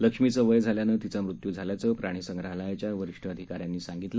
लक्ष्मीचं वय झाल्याम्ळे तिचा मृत्यू झाल्याचं प्राणीसंग्रहालयाच्या वरिष्ठ अधिकाऱ्यानं सांगितलं